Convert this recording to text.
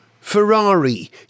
Ferrari